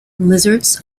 lizards